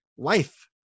life